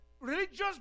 religious